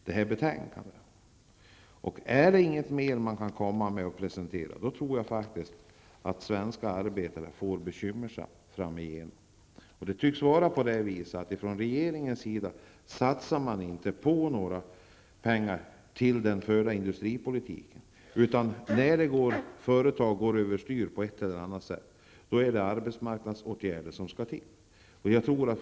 Om man inte har något mer att komma med, då tror jag faktiskt att svenska arbetare får det bekymmersamt framöver. Regeringen tycks inte vilja satsa pengar till industripolitiska åtgärder. När företag går överstyr på ett eller annat sätt, då är det arbetsmarknadspolitiska åtgärder som vidtas.